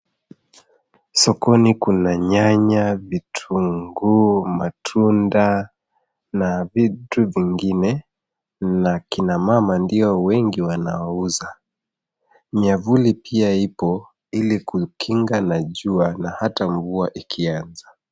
Sokoni kuna nyanya, vitunguu, matunda na vitu vingine, na kina mama ndio wengi wanaouza. Miavuli pia iko ili kukinga na jua na hata mvua ikianza.